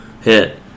hit